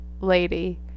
lady